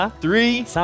Three